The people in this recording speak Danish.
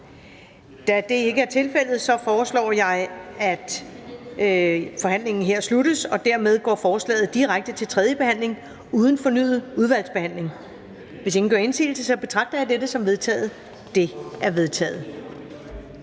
Da det ikke er tilfældet, er forhandlingen sluttet. Jeg foreslår, at lovforslaget går direkte til tredje behandling uden fornyet udvalgsbehandling. Hvis ingen gør indsigelse, betragter jeg dette som vedtaget. Det er vedtaget.